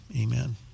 amen